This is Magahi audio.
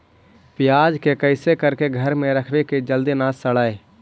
प्याज के कैसे करके घर में रखबै कि जल्दी न सड़ै?